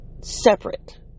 separate